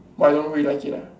but I don't really like it ah